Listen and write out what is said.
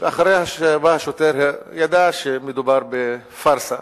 ואחרי שבא השוטר, הוא ידע שמדובר בפארסה.